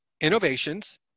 innovations